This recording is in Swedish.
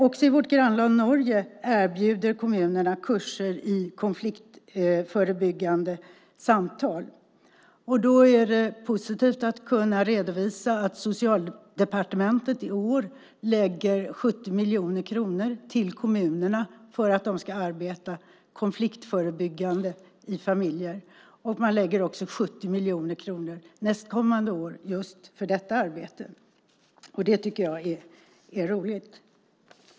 Också i vårt grannland Norge erbjuder kommunerna kurser i konfliktförebyggande samtal. Det är positivt att kunna redovisa att Socialdepartementet i år lägger 70 miljoner kronor till kommunerna för att de ska arbeta konfliktförebyggande i familjer. Man lägger också 70 miljoner kronor nästkommande år just för detta arbete. Det tycker jag är roligt.